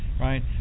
right